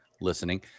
listening